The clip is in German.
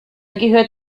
gehört